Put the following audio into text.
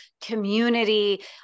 community